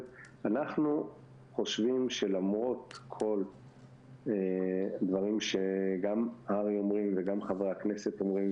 אנחנו חושבים שלמרות כל הדברים שגם הר"י אומרים וגם חברי הכנסת אומרים,